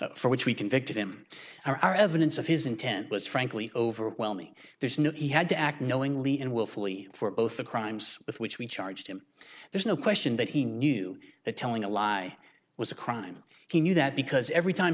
lies for which we convicted him or our evidence of his intent was frankly overwhelming there's no he had to act knowingly and willfully for both the crimes with which we charged him there's no question that he knew that telling a lie was a crime he knew that because every time